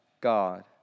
God